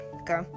Okay